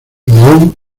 leon